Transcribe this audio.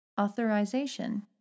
Authorization